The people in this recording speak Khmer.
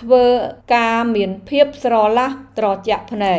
ធ្វើការមានភាពស្រឡះត្រជាក់ភ្នែក។